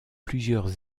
plusieurs